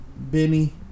Benny